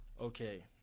Okay